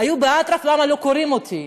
היו באטרף: למה לא קוראים לי,